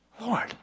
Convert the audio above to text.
Lord